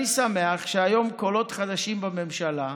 אני שמח שהיום קולות חדשים בממשלה אומרים: